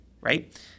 right